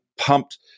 pumped